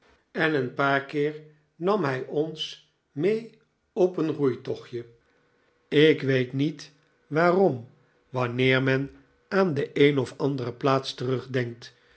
en een paar ik krijg een nieuwen v'ader p keer nam hij ons meer op een roeitochtje ik weet niet waarom wanneer men aan de een of andere plaats terugdenkt